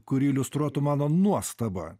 kuri iliustruotų mano nuostabą